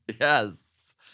Yes